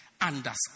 Understand